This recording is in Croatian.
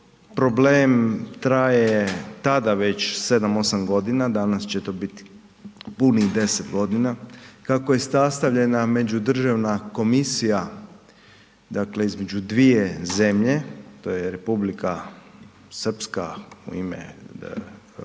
problem traje tada već 7, 8 g., danas će to bit punih 10 g. kako je sastavljena međudržavna komisija dakle između dvije zemlje, to je Republika Srpska u ime južnoga